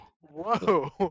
Whoa